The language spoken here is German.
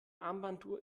armbanduhr